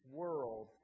world